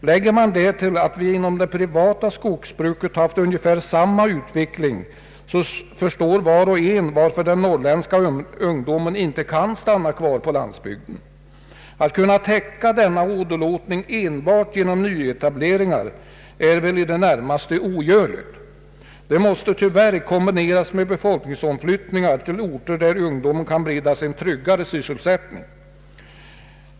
Lägger vi därtill att det inom det privata skogsbruket skett ungefär samma utveckling, förstår var och en varför den norrländska ungdomen inte kan stanna kvar på landsbygden. Att täcka denna åderlåtning enbart genom nyetableringar är väl i det närmaste ogörligt. Detta måste tyvärr kombineras med befolkningsomflyttningar till orter där ungdomen kan beredas en tryggare sysselsättning.